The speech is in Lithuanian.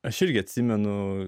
aš irgi atsimenu